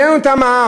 העלינו את המע"מ,